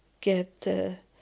get